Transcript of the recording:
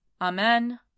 Amen